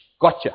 gotcha